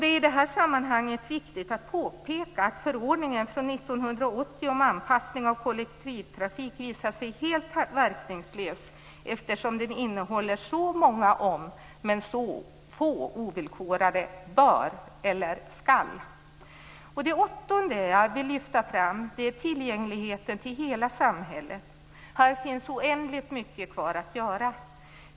Det är i det här sammanhanget viktigt att påpeka att förordningen från 1980 om anpassning av kollektivtrafik visar sig helt verkningslös eftersom den innehåller så många om, men så få ovillkorade bör eller skall. Det åttonde jag vill lyfta fram är tillgängligheten till hela samhället. Här finns oändligt mycket kvar att göra.